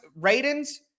Raiden's